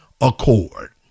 accord